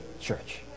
church